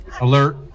Alert